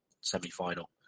semi-final